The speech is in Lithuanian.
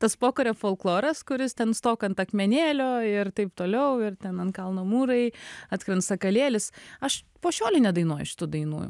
tas pokario folkloras kuris ten stok ant akmenėlio ir taip toliau ir ten ant kalno mūrai atskrend sakalėlis aš po šiolei nedainuoju šitų dainų